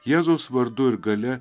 jėzaus vardu ir galia